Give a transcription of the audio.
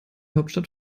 hauptstadt